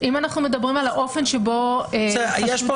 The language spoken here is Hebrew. יש כאן